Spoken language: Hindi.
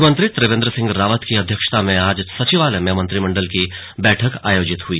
मुख्यमंत्री त्रिवेन्द्र सिंह रावत की अध्यक्षता में आज सचिवालय में मंत्रिमंडल की बैठक आयोजित हई